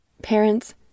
Parents